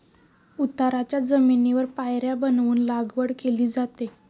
उताराच्या जमिनीवर पायऱ्या बनवून लागवड केली जाते